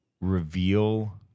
reveal